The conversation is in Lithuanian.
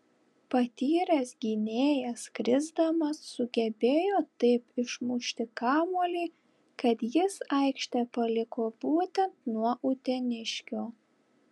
patyręs gynėjas krisdamas sugebėjo taip išmušti kamuolį kad jis aikštę paliko būtent nuo uteniškio